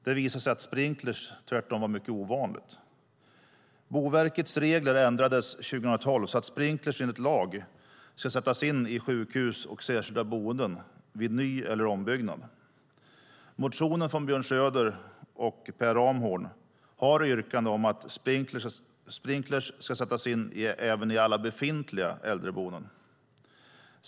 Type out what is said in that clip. Det visade sig att sprinkler tvärtom var mycket ovanligt. Boverkets regler ändrades 2012 så att sprinkler enligt lag ska sättas in i sjukhus och särskilda boenden vid ny eller ombyggnad. Motionen från Björn Söder och Per Ramhorn har ett yrkande om att sprinkler ska sättas in även i alla befintliga äldreboenden.